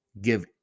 give